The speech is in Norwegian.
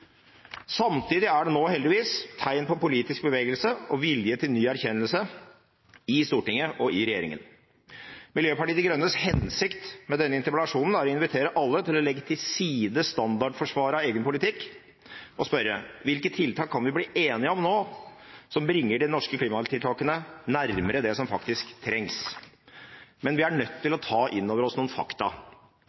Samtidig er det nå heldigvis tegn på politisk bevegelse og vilje til ny erkjennelse i Stortinget og i regjeringen. Miljøpartiet De Grønnes hensikt med denne interpellasjonen er å invitere alle til å legge til side standardforsvaret av egen politikk og spørre: Hvilke tiltak kan vi bli enige om nå, som bringer de norske klimatiltakene nærmere det som faktisk trengs? Men vi er nødt til å ta inn over oss noen fakta.